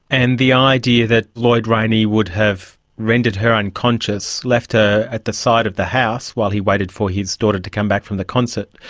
and the idea that lloyd rayney would have rendered her unconscious, left her at the side of the house while he waited for his daughter to come back from the concert,